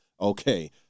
Okay